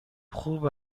خوب